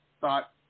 thought